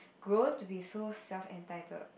grown to be so self entitled